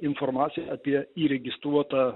informacija apie įregistruotą